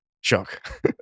shock